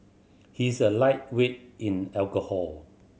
he is a lightweight in alcohol